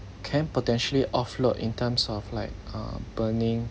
can potentially offload in terms of like uh burning